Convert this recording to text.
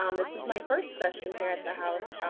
um this is my first session here at the house.